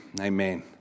Amen